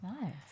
Nice